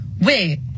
wait